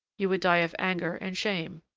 you would die of anger and shame!